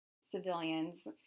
civilians